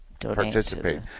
participate